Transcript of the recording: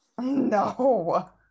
No